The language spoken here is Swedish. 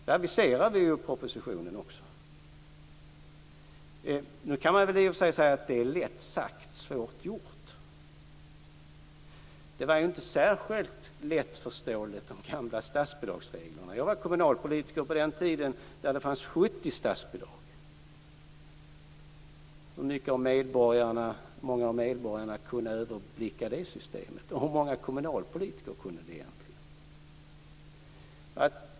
Det aviserar vi också i propositionen. Nu kan man i och för sig säga att det är lätt sagt men svårt gjort. De gamla statsbidragsreglerna var ju inte särskilt lättförståeliga. Jag var kommunalpolitiker på den tiden då det fanns 70 statsbidrag. Hur många av medborgarna kunde egentligen överblicka det systemet, och hur många kommunalpolitiker kunde det?